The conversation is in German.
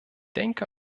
denke